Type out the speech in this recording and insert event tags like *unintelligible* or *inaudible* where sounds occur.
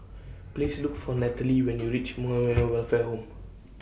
Please Look For Nataly when YOU REACH *unintelligible* Welfare Home